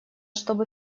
чтобы